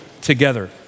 together